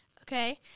Okay